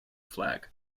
flag